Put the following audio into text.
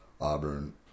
Auburn